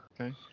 Okay